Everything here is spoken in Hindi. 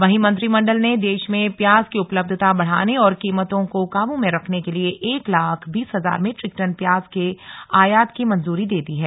वहीं मंत्रिमंडल ने देश में प्याज की उपलब्धता बढ़ाने और कीमतों को काबू में रखने के लिए एक लाख बीस हजार मीट्रिक टन प्याज के आयात की मंजूरी दे दी है